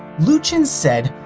luchins said,